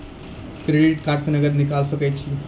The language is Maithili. क्रेडिट कार्ड से नगद निकाल सके छी?